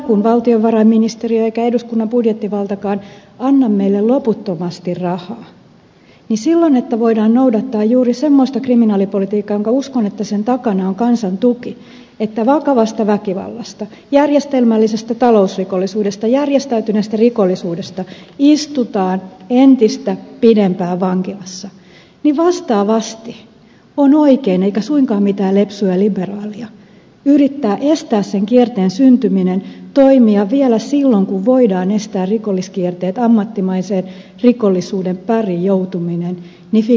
kun ei valtiovarainministeriö eikä eduskunnan budjettivaltakaan anna meille loputtomasti rahaa niin silloin että voidaan noudattaa juuri semmoista kriminaalipolitiikkaa jonka takana uskon olevan kansan tuen että vakavasta väkivallasta järjestelmällisestä talousrikollisuudesta järjestäytyneestä rikollisuudesta istutaan entistä pidempään vankilassa vastaavasti on oikein eikä suinkaan mitään lepsua liberaalia yrittää estää sen kierteen syntyminen toimia vielä silloin kun voidaan estää rikolliskierteet ammattimaisen rikollisuuden pariin joutuminen fiksummilla tavoilla